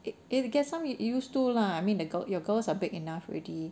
it it get some used to lah I mean the girl your girls are big enough already